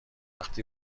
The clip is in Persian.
وقتی